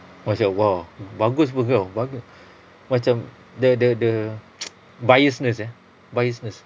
macam !wah! bagus [pe] kau bagus macam the the the biasness eh biasness